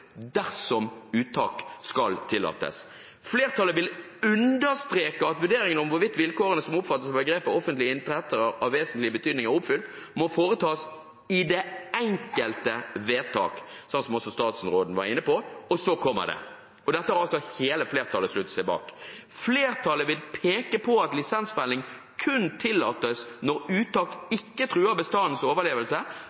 dersom uttak skal tillates. Flertallet vil understreke at vurderingen av hvorvidt vilkårene som omfattes av begrepet «offentlige interesser av vesentlig betydning» er oppfylt, må foretas i det enkelte vedtak ...». Dette var også statsråden inne på. Og så kommer det – og dette har altså hele flertallet sluttet seg til: «Flertallet vil peke på at lisensfelling kun tillates når uttak